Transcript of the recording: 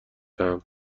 دهم